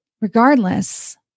regardless